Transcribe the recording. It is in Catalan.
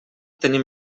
tenim